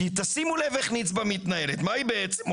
שימו לב איך נצבא מתנהלת, מה היא בעצם עושה?